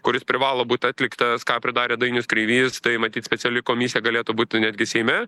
kuris privalo būti atliktas ką pridarė dainius kreivys tai matyt speciali komisija galėtų būti netgi seime